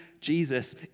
Jesus